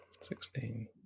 sixteen